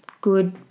good